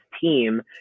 team